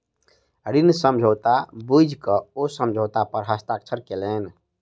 ऋण समझौता बुइझ क ओ समझौता पर हस्ताक्षर केलैन